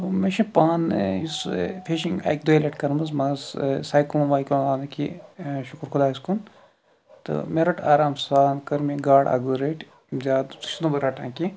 مےٚ چھِ پانہٕ یُس یہ فِشِنٛگ اَکہِ دۄیہِ لَٹہِ کٔرمٕژ مگر سایکلون وایکلون آو نہٕ کیٚنٛہہ شُکُر خۄدایَس کُن تہٕ مےٚ رٔٹ آرام سان کٔر مےٚ گاڈ اکھ زٕ رٔٹۍ زیادٕ چھُس نہٕ بہٕ رَٹان کیٚنٛہہ